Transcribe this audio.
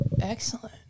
Excellent